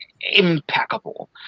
impeccable